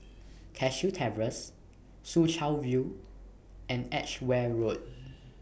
Cashew Terrace Soo Chow View and Edgeware Road